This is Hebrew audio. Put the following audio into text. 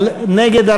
אבל נגד,